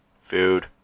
food